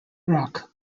rock